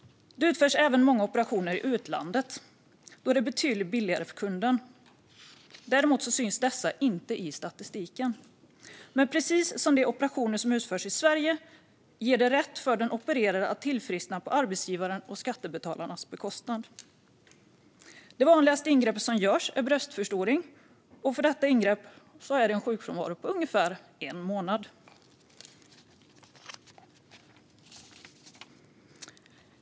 Det utförs även många operationer i utlandet, då det är betydligt billigare för kunden. Dessa syns inte i statistiken, men precis som vid operationer som utförs i Sverige har den opererade rätt att tillfriskna på arbetsgivarens och skattebetalarnas bekostnad. Det vanligaste ingreppet som görs är bröstförstoring, och detta ingrepp innebär sjukfrånvaro i ungefär en månad.